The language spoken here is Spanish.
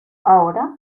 ahora